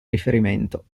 riferimento